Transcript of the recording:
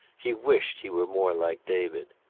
he wished he were more like david.